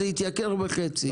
זה התייקר בחצי.